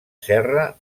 serra